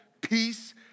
peace